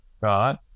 right